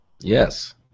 Yes